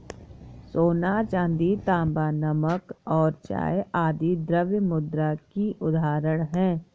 सोना, चांदी, तांबा, नमक और चाय आदि द्रव्य मुद्रा की उदाहरण हैं